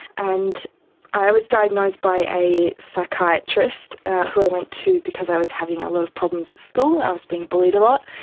and i was diagnosed by a psychiatrist who i went to because i was having a lot of problems at school and i was being bullied a lot,